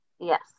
yes